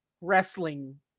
wrestling